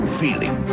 feeling